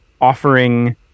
offering